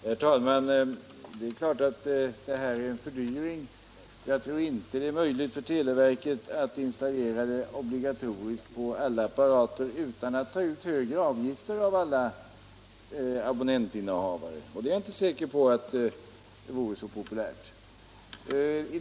Herr talman! Det är klart att det skulle bli en fördyring. Jag tror inte det vore möjligt för televerket att installera sådana anordningar på alla telefonapparater utan att ta ut högre avgifter av alla abonnenter, och jag är inte så säker på att det skulle vara populärt.